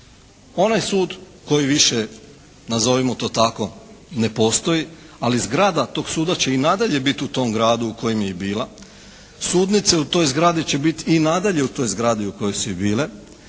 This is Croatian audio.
Onaj sud koji više nazovimo to tako, ne postoji, ali zgrada tog suda će i nadalje biti u tom gradu u kojem je i bila. Sudnice u toj zgradi će biti i nadalje u toj zgradi u kojoj su i bile,